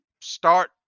start